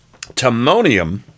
Timonium